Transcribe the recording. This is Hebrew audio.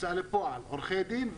הוצאה לפועל, עריכת דין.